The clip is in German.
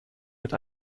mit